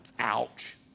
Ouch